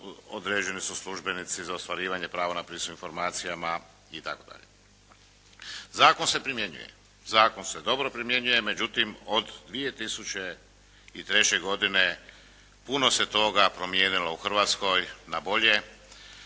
određeni su službenici za ostvarivanje prava na pristup informacijama itd. Zakon se primjenjuje, zakon se dobro primjenjuje, međutim od 2003. godine puno se toga promijenilo u Hrvatskoj na bolje